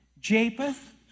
Japheth